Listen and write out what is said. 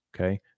Okay